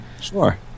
Sure